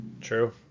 True